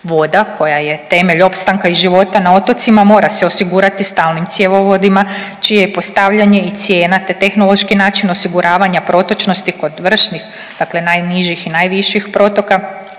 Voda koja je temelj opstanka i života na otocima mora se osigurati stalnim cjevovodima čije je postavljanje i cijena, te tehnološki način osiguravanja protočnosti kod vršnih dakle najnižih i najviših protoka